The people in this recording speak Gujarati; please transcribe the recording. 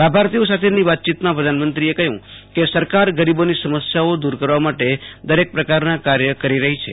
લાભાર્થીઓ સાથેની વાતચીતમાં પ્રધાનમંત્રીએ કફર્થું કે સરકાર ગરીબોની સમસ્યાઓ દૂર કરવા માટે દરેક પ્રકારના કાર્ય કરી રફી છે